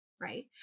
Right